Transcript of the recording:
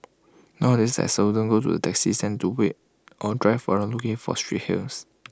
nowadays I seldom go to the taxi stand to wait or drive around looking for street hails